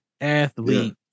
athlete